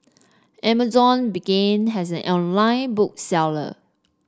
Amazon began has an online book seller